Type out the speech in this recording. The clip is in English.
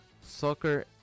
Soccer